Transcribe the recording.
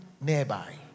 nearby